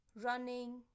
running